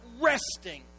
resting